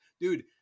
dude